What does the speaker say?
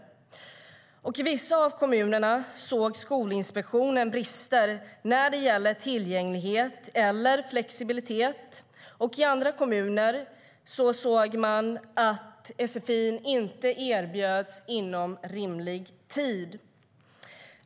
I vissa av kommunerna såg Skolinspektionen brister när det gäller tillgänglighet eller flexibilitet. I andra kommuner såg man att sfi inte erbjöds inom rimlig tid.